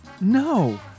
No